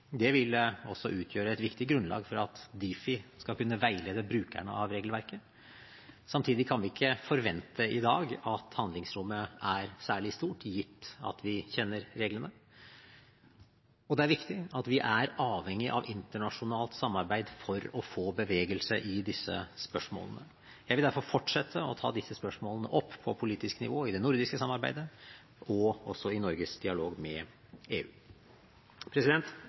Det ville også utgjøre et viktig grunnlag for at Difi skal kunne veilede brukerne av regelverket. Samtidig kan vi ikke i dag forvente at handlingsrommet er særlig stort, gitt at vi kjenner reglene. Det er viktig at vi er avhengig av internasjonalt samarbeid for å få bevegelse i disse spørsmålene. Jeg vil derfor fortsette å ta disse spørsmålene opp på politisk nivå i det nordiske samarbeidet og også i Norges dialog med EU.